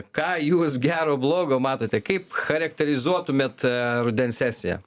ką jūs gero blogo matote kaip charakterizuotumėt aa rudens sesiją